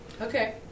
Okay